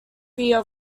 fear